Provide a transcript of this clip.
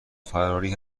فراری